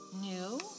new